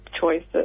choices